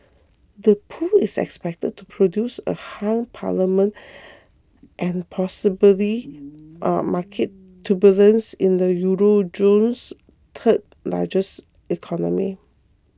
the poll is expected to produce a hung parliament and possibly market turbulence in the Euro zone's third largest economy